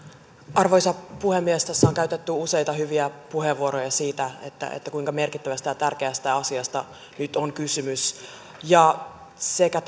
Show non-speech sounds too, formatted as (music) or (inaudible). arvoisa puhemies tässä on käytetty useita hyviä puheenvuoroja siitä kuinka merkittävästä ja tärkeästä asiasta nyt on kysymys sekä (unintelligible)